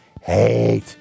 hate